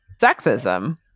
sexism